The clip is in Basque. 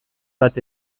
bat